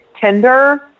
tender